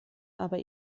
aber